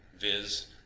viz